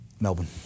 Melbourne